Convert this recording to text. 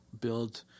build